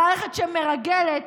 המערכת שמרגלת,